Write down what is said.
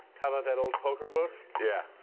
how about that old poker book? yeah.